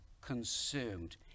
consumed